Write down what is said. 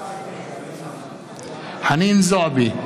נגד חנין זועבי,